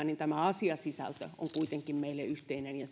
niin tämä asiasisältö on kuitenkin meille yhteinen ja